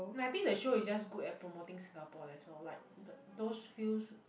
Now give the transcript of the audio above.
no I think the show is just good at promoting singapore that's all like those fews